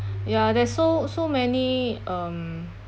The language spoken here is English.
ya there's so so many um